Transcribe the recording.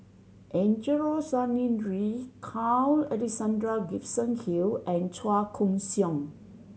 Angelo Sanelli Carl Alexander Gibson Hill and Chua Koon Siong